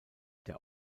der